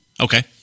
Okay